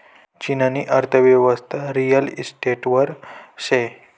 चीननी अर्थयेवस्था रिअल इशटेटवर शे